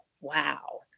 wow